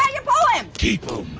ah your poem. keep em.